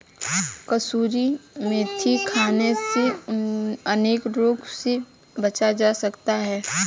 कसूरी मेथी खाने से अनेक रोगों से बचा जा सकता है